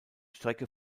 strecke